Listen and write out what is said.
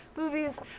movies